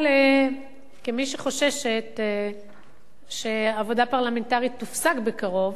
אבל כמי שחוששת שהעבודה הפרלמנטרית תופסק בקרוב,